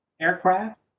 aircraft